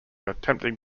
attempting